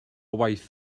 waith